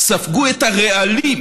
ספגו את הרעלים